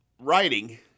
writing